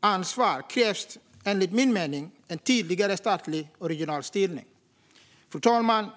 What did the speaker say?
ansvar krävs enligt min mening en tydligare statlig och regional styrning. Fru talman!